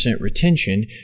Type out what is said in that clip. retention